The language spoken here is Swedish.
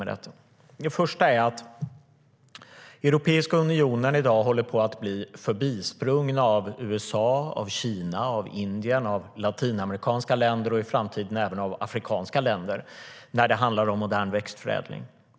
Det första problemet är att Europeiska unionen i dag håller på att bli förbisprungen av USA, Kina, Indien, latinamerikanska länder och i framtiden även av afrikanska länder när det handlar om modern växtförädling.